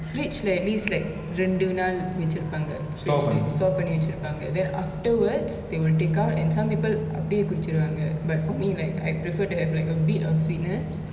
fridge lah at least it's like ரெண்டு நாள் வச்சிருபாங்க:rendu naal vachirupaanga sweetness store பன்னி வச்சிருபாங்க:panni vachirupaanga then afterwards the will take out and some people அப்டியே குடிச்சிருவாங்க:apdiye kudichiruvaanga but for me like I prefer to have like a bit of sweetness